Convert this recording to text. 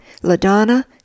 LaDonna